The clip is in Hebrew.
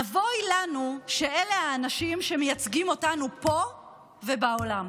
אבוי לנו שאלה האנשים שמייצגים אותנו פה ובעולם.